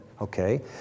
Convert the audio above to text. Okay